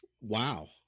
wow